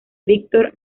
víctor